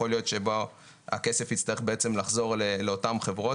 שיכול להיות שבה הכסף יצטרך בעצם לחזור לאותן חברות,